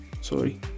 sorry